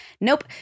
Nope